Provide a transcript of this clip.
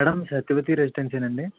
madam Satyavati రెసిడెన్సీనా అండి